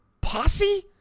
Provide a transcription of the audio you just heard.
posse